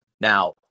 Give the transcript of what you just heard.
now